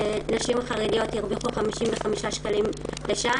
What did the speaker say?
נשים חרדיות הרוויחו 55 שקלים לשעה,